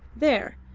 there,